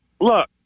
look